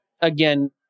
again